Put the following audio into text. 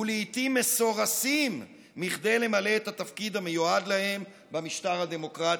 ולעיתים מסורסים מכדי למלא את התפקיד המיועד להם במשטר הדמוקרטי.